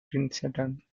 princeton